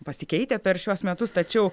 pasikeitę per šiuos metus tačiau